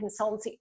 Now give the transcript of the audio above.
consultancy